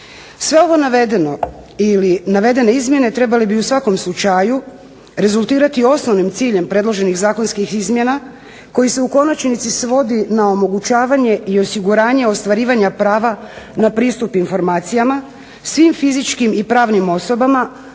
Sve ovo navedeno ili navedene izmjene trebali bi u svakom slučaju rezultirati osnovnim ciljem predloženih zakonskih izmjena koji se u konačnici svodi na omogućavanje i osiguranje ostvarivanja prava na pristup informacijama svim fizičkim i pravnim osobama